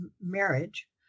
marriage